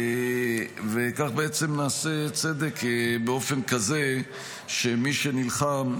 כך נעשה צדק באופן כזה שמי שנלחם,